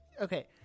Okay